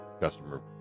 customer